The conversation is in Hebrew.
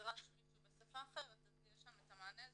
ונדרש מישהו בשפה אחרת אז יש את המענה הזה,